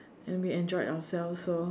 and we enjoyed ourselves so